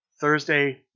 Thursday